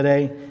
today